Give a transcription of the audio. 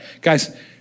Guys